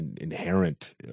inherent